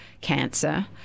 cancer